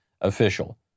official